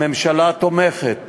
הממשלה תומכת